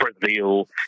Brazil